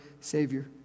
Savior